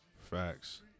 Facts